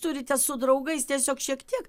turite su draugais tiesiog šiek tiek